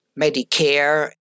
Medicare